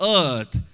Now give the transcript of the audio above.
earth